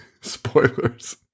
Spoilers